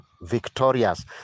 victorious